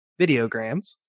Videograms